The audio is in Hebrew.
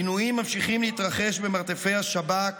עינויים ממשיכים להתרחש במרתפי השב"כ